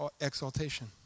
exaltation